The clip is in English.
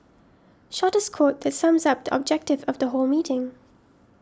shortest quote that sums up the objective of the whole meeting